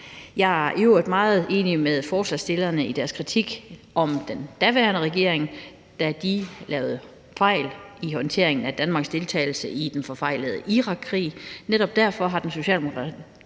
Jeg er i øvrigt meget enig med forslagsstillerne i deres kritik af den daværende regering, da de lavede fejl i håndteringen af Danmarks deltagelse i den forfejlede Irakkrig. Netop derfor har den socialdemokratiske